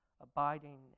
abiding